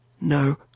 No